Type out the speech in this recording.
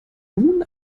nun